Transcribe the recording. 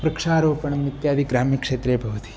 वृक्षारोपणम् इत्यादौ ग्राम्यक्षेत्रे भवति